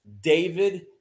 David